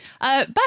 Back